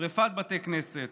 שרפת בתי כנסת.